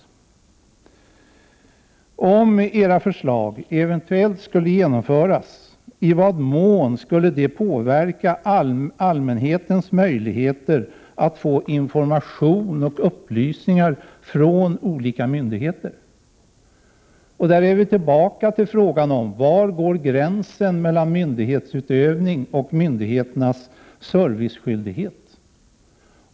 23 november 1988 Om era förslag eventuellt skulle genomföras, i vad mån skulle det påverka. JcCmoa ooo Go allmänhetens möjligheter att få information och upplysningar från olika myndigheter? Därmed är vi tillbaka till frågan: Var går gränsen mellan myndighetsutövning och myndigheternas serviceskyldighet?